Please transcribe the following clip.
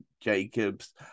Jacobs